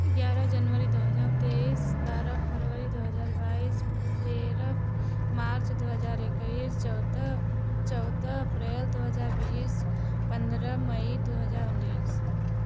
ग्यारह जनवरी दो हज़ार तेईस बारह फरवरी दो हज़ार बाईस तेरह मार्च दो हज़ार इक्कीस चौदह चौदह अप्रैल दो हज़ार बीस पंद्रह मई दो हजार उन्नीस